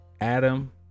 Adam